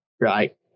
right